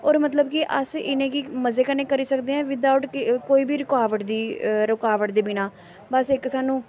होर मतलब कि अस इ'नेंगी मजे कन्नै करी सकदे आं बिदआउट कोई बी रुकाबट दी रुकावट दे बिना बस इक सानूं